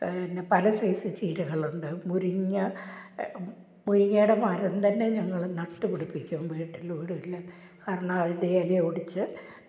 ക ന്നെ പല സൈസ് ചീരകളുണ്ട് മുരിങ്ങ മുരിങ്ങയുടെ മരം തന്നെ ഞങ്ങൾ നട്ട് പിടിപ്പിക്കും വീട്ടിലൂടെയെല്ലാം കാരണം അതിന്റെ ഇല ഒടിച്ച്